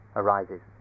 arises